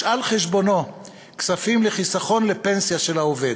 על חשבונו כספים לחיסכון לפנסיה של העובד.